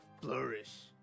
flourish